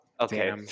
Okay